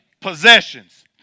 possessions